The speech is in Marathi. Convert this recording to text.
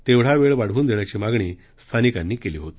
तेवढा वेळ वाढवून देण्याची मागणी स्थानिकांनी केली होती